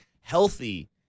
healthy